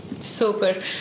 Super